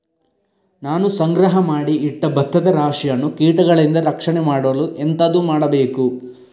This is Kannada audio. ನಾನು ಸಂಗ್ರಹ ಮಾಡಿ ಇಟ್ಟ ಭತ್ತದ ರಾಶಿಯನ್ನು ಕೀಟಗಳಿಂದ ರಕ್ಷಣೆ ಮಾಡಲು ಎಂತದು ಮಾಡಬೇಕು?